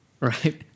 right